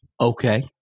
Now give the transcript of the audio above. Okay